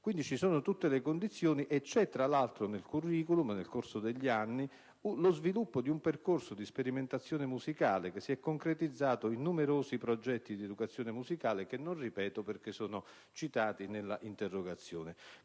2009. Ci sono tutte le condizioni; tra l'altro, compare nel *curriculum*, nel corso degli anni, lo sviluppo di un percorso di sperimentazione musicale che si è concretizzato in numerosi progetti di educazione musicale, che non ripeto perché sono citati nella mia interrogazione.